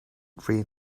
green